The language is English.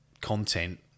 content